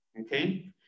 okay